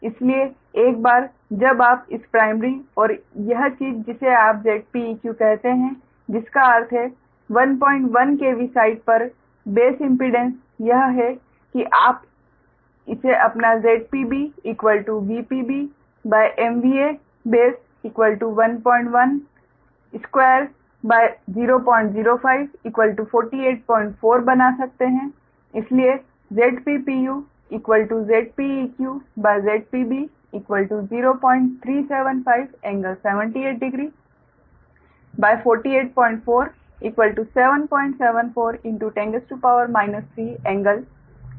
इसलिए एक बार जब आप इस प्राइमरी और यह चीज जिसे आप Zpeq कहते हैं जिसका अर्थ है 11KV साइड पर बेस इम्पीडेंस यह है कि आप इसे अपना ZpB VpB2 base 112 005484 बना सकते हैं इसलिए ZppuZpeq ZpB 0375 ∟78o 484 77410 3 ∟78o